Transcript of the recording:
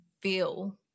feel